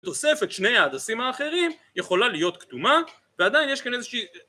תוספת שני ההדסים האחרים יכולה להיות קטומה ועדיין יש כאן איזושהי